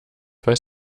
weiß